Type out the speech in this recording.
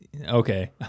Okay